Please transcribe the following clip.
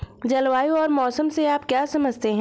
जलवायु और मौसम से आप क्या समझते हैं?